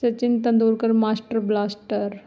Sachin Tendulkar master blaster